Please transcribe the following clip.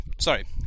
sorry